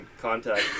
contact